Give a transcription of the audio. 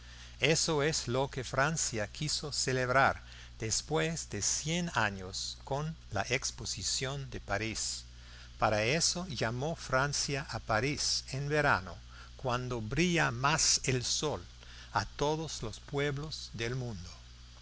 eso es lo que francia quiso celebrar después de cien años con la exposición de parís para eso llamó francia a parís en verano cuando brilla más el sol a todos los pueblos del mundo